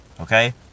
Okay